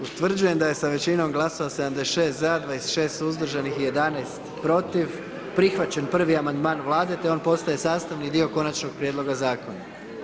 Utvrđujem da je sa većinom glasova, 76 za, 26 suzdržanih i 11 protiv prihvaćen prvi amandman Vlade te on postaje sastavni dio konačnog prijedloga zakona.